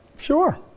Sure